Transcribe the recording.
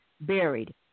buried